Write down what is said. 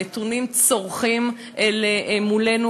הנתונים צורחים למולנו,